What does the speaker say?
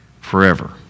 forever